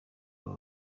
aba